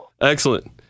Excellent